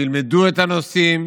שילמדו את הנושאים,